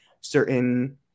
certain